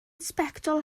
sbectol